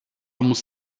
muss